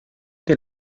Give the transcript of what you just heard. que